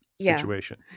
situation